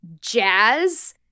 jazz